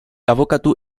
abokatu